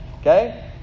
okay